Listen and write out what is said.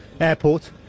airport